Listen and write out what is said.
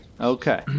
Okay